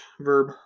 verb